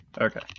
Okay